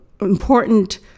important